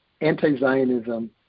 anti-Zionism